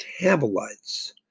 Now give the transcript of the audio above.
metabolites